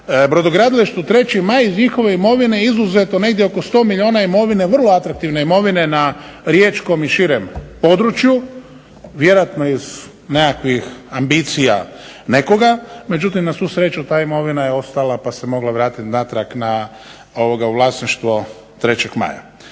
brodogradilištu "3. Maj" iz njihove imovine izuzeto negdje oko 100 milijuna imovine, vrlo atraktivne imovine na riječkom i širem području vjerojatno iz nekakvih ambicija nekoga. Međutim, na svu sreću ta imovina je ostala pa se mogla vratiti natrag na vlasništvo "3. Maja".